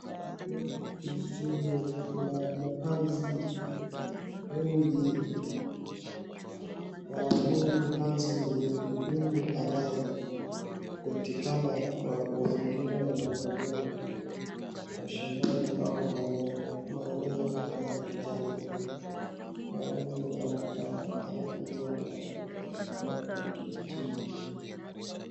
Huko kijijini kuna mapanzi mengi na huyu ni panzi ni mdudu anayepatikana kwenye mazingira ya majani, mashambani au kwenye maeneo ya kijani, na huyu anakaa anakuja mara moja kwa hicho kijijini.